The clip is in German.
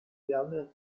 gerne